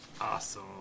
Awesome